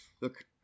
look